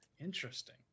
interesting